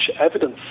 evidence